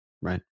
Right